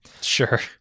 Sure